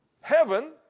heaven